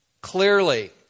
Clearly